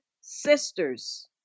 sisters